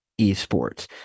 esports